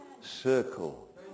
circle